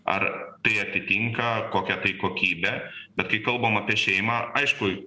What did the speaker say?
ar tai atitinka kokią tai kokybę bet kai kalbam apie šeimą aišku